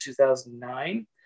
2009